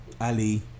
Ali